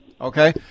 Okay